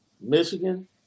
Michigan